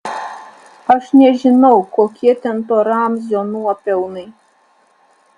aš nežinau kokie ten to ramzio nuopelnai